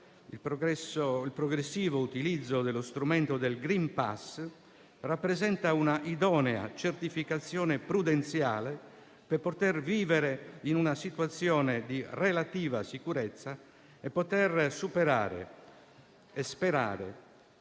il progressivo utilizzo dello strumento del *green pass* rappresenta un'idonea certificazione prudenziale per poter vivere in una situazione di relativa sicurezza e sperare in